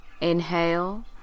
Inhale